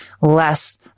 less